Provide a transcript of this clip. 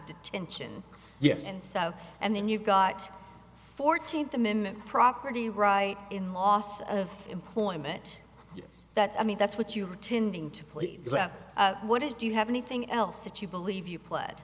detention yes and so and then you've got fourteenth amendment property right in loss of employment that's i mean that's what you are tending to plead that what is do you have anything else that you believe you pled